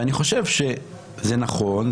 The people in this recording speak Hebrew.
ואני חושב שזה נכון,